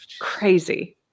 Crazy